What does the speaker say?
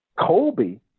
Colby